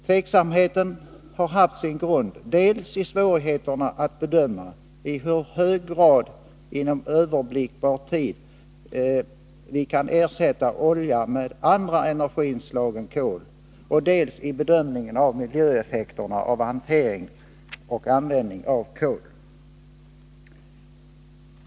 Tveksamheten har haft sin grund dels i svårigheten att bedöma i hur hög grad vi inom överblickbar tid kan ersätta olja med andra energislag än kol, dels i bedömningen av miljöeffekterna av hantering och användning av kol.